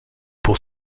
pour